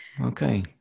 okay